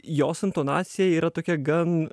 jos intonacija yra tokia gan